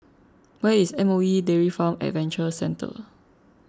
where is Moe Dairy Farm Adventure Centre